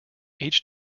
each